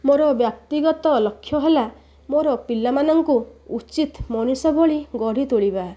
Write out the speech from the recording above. ମୋର ବ୍ୟକ୍ତିଗତ ଲକ୍ଷ୍ୟ ହେଲା ମୋର ପିଲାମାନଙ୍କୁ ଉଚିତ୍ ମଣିଷଭଳି ଗଢ଼ି ତୋଳିବା